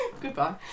goodbye